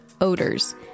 odors